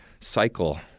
cycle